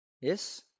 Yes